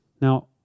Now